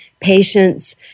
patience